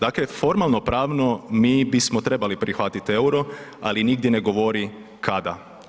Dakle, formalno pravno mi bismo trebali prihvatiti EUR-o ali nigdje ne govori kada.